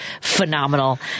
phenomenal